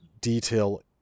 detail